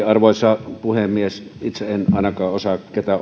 arvoisa puhemies itse en ainakaan osaa ketään